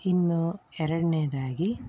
ಇನ್ನು ಎರಡನೇದಾಗಿ